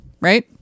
right